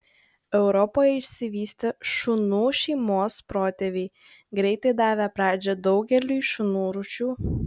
europoje išsivystė šunų šeimos protėviai greitai davę pradžią daugeliui šunų rūšių